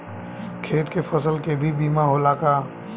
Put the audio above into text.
खेत के फसल के भी बीमा होला का?